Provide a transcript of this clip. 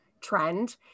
trend